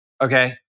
Okay